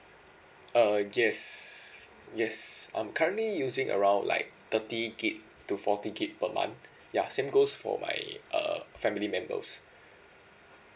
uh yes yes I'm currently using around like thirty gigabyte to forty gigabyte per month ya same goes for my uh family members